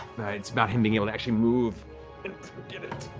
it's about him being able to actually move and get it.